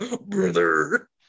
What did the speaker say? brother